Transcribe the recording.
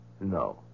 No